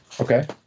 Okay